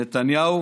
נתניהו